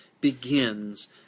begins